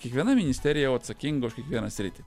kiekviena ministerija jau atsakinga už kiekvieną sritį